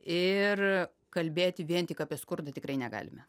ir kalbėti vien tik apie skurdą tikrai negalime